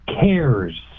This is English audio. cares